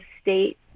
state